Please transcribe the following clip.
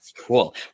Cool